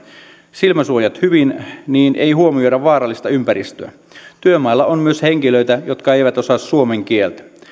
silmäsuojat hyvin niin ei huomioida vaarallista ympäristöä työmailla on myös henkilöitä jotka eivät osaa suomen kieltä